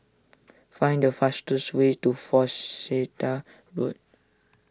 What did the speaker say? find the fastest way to Worcester Road